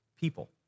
people